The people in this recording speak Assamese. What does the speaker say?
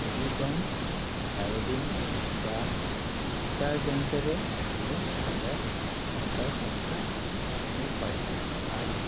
প'ভিডন আয়'ডিন বা ডিটাৰ্জেণ্টেৰে ধুলে ভাইৰাছ কণিকাৰ সংখ্যা কমিব পাৰে আৰু